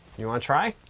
you want to try?